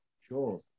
sure